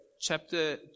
chapter